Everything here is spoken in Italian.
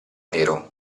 nero